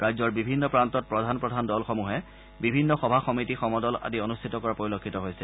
ৰাজ্যৰ বিভিন্ন প্ৰান্তত প্ৰধান প্ৰধান দলসমূহে বিভিন্ন সভা সমিতি সমদল আদি অনুষ্ঠিত কৰা পৰিলক্ষিত হৈছে